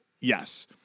yes